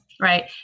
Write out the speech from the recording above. right